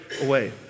away